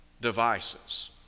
devices